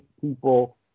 people